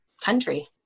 country